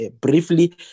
briefly